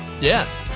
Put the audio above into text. Yes